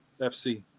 FC